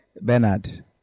Bernard